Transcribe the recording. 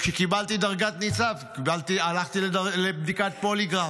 כשקיבלתי דרגת ניצב הלכתי לבדיקת פוליגרף,